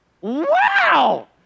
wow